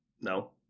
no